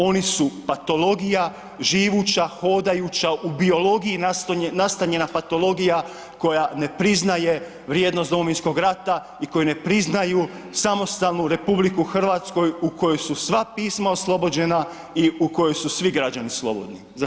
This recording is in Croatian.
Oni su patologija, živuća, hodajuća u biologiji nastanjena patologija koja ne priznaje vrijednost Domovinskog rata i koji ne priznaju samostalnu RH u kojoj su sva pisma oslobođena i u kojoj su svi građani slobodni.